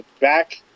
back